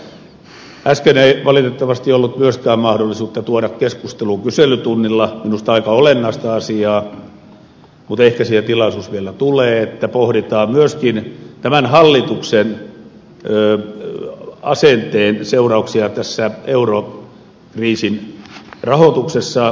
äsken ei valitettavasti ollut myöskään mahdollisuutta tuoda keskusteluun kyselytunnilla minusta aika olennaista asiaa mutta ehkä siihen tilaisuus vielä tulee että pohditaan myöskin tämän hallituksen asenteen seurauksia tässä eurokriisin rahoituksessa